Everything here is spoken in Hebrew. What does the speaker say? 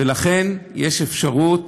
לכן יש אפשרות